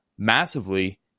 massively